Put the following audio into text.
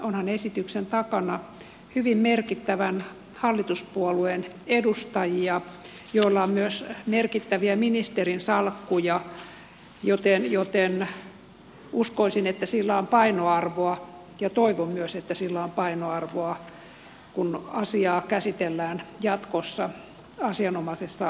onhan esityksen takana hyvin merkittävän hallituspuolueen edustajia joilla on myös merkittäviä ministerinsalkkuja joten uskoisin että sillä on painoarvoa ja toivon myös että sillä on painoarvoa kun asiaa käsitellään jatkossa asianomaisessa valiokunnassa